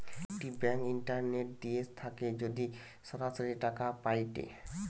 একটি bank internet দিয়ে থাকে যদি সরাসরি টাকা পায়েটে